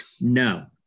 No